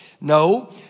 No